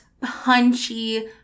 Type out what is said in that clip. punchy